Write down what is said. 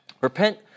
Repent